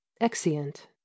exeunt